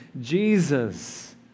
Jesus